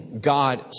God